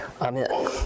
amen